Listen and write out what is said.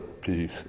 peace